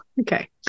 okay